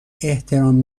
احترام